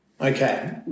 Okay